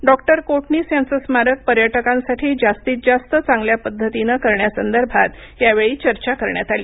doctor Kotnis यांचं स्मारक पर्यटकांसाठी जास्तीत जास्त चांगल्या पद्धतीनं करण्यासंदर्भात यावेळी चर्चा करण्यात आली